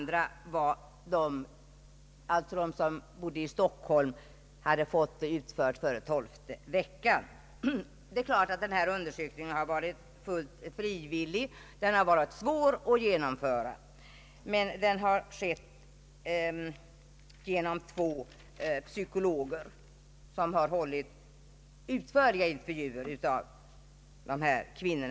De som bodde i Stockholm hade fått operationen utförd före tolfte veckan. Denna undersökning har varit fullt frivillig. Den har varit svår att genomföra, men den har skett genom två psykologer som gjort utförliga intervjuer med dessa kvinnor.